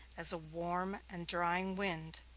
as a warm and drying wind.